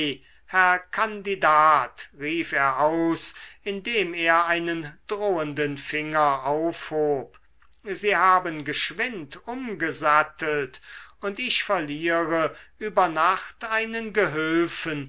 herr kandidat rief er aus indem er einen drohenden finger aufhob sie haben geschwind umgesattelt und ich verliere über nacht einen gehülfen